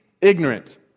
Ignorant